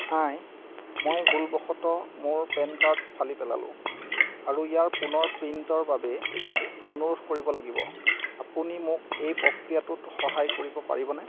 হাই মই ভুলবশতঃ মোৰ পেন কাৰ্ড ফালি পেলালোঁ আৰু ইয়াৰ পুনৰ প্ৰিণ্টৰ বাবে অনুৰোধ কৰিব লাগিব আপুনি মোক এই প্ৰক্ৰিয়াটোত সহায় কৰিব পাৰিবনে